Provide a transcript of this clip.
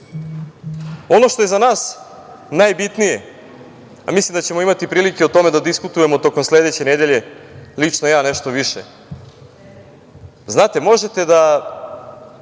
što je za nas najbitnije, a mislim da ćemo imati prilike o tome da diskutujemo tokom sledeće nedelje, lično ja, nešto više, možete da